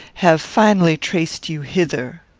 have finally traced you hither.